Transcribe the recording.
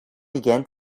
began